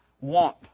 want